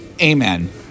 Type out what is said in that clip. amen